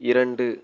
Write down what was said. இரண்டு